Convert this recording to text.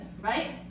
Right